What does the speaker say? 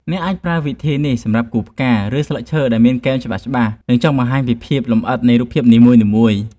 អ្នកអាចប្រើវិធីនេះសម្រាប់គូរផ្កា ឬ ស្លឹកឈើដែលមានគែមច្បាស់ៗ និង ចង់បង្ហាញពីភាពលម្អិតនៃរូបភាពនីមួយៗ។